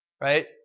Right